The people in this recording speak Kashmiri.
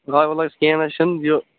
وَلہٕ وَلہٕ حظ کیٚنٛہہ نہٕ حظ چھِنہٕ یہِ